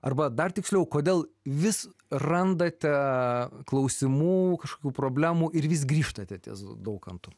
arba dar tiksliau kodėl vis randate klausimų kažkokių problemų ir vis grįžtate ties daukantu